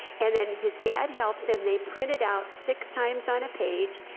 and then his dad helps him, they print it out, six times on a page,